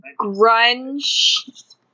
grunge